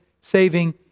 saving